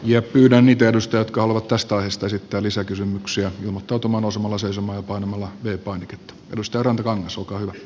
pyydän edustajia jotka haluavat tästä aiheesta esittää lisäkysymyksiä ilmoittautumaan nousemalla seisomaan ja painamalla v painiketta